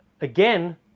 again